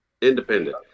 independent